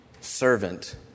servant